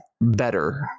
better